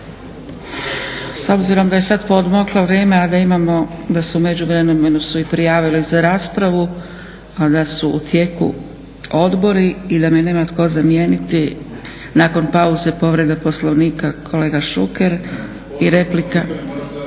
S obzirom da je sada poodmaklo vrijeme, a da imamo, da su se u međuvremenu prijavili i za raspravu, a da su u tijeku odbori i da me nema tko zamijeniti, nakon pauze povreda Poslovnika, kolega Šuker i replika